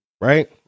Right